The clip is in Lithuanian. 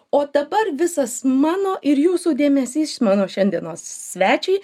o dabar visas mano ir jūsų dėmesys mano šiandienos svečiui